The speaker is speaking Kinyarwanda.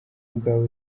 ubwawe